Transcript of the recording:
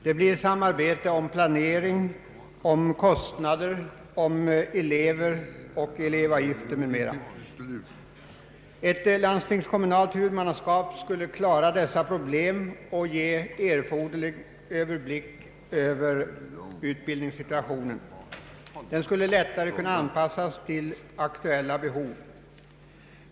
Det blir samarbete om planering, kostnader, elever, elevavgifter m.m. Ett landstingskommunalt huvudmannaskap <skulle kunna klara dessa problem och ge erforderlig överblick över utbildningssituationen. Denna skulle lättare kunna anpassas till aktuella behov.